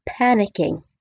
panicking